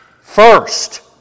First